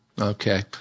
Okay